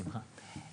לאומי,